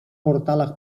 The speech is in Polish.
portalach